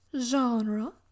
genre